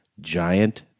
giant